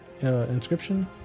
inscription